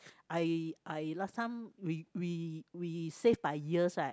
I I last time we we we save by years right